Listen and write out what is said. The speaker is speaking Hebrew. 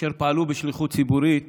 אשר פעלו בשליחות ציבורית